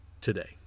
today